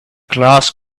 glass